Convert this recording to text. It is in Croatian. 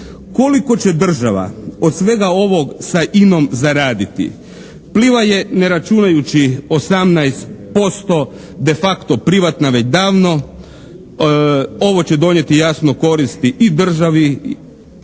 Koliko će država od svega ovog sa INA-om zaraditi? "Pliva" je ne računajući 18% de facto privatna već davno, ovo će donijeti jasno koristi i državi